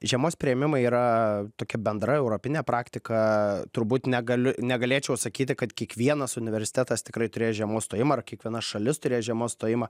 žiemos priėmimai yra tokia bendra europinė praktika turbūt negaliu negalėčiau sakyti kad kiekvienas universitetas tikrai turės žiemos stojimą ar kiekviena šalis turės žiemos stojimą